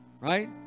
right